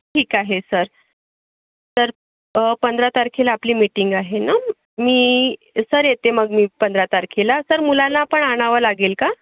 ठीक आहे sir sir पंधरा तारखेला आपली मीटिंग आहे ना मी सर येते मग मी पंधरा तारखेला सर मुलाला पण आणावं लागेल का